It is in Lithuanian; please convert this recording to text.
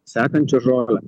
sekančią žolę